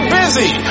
busy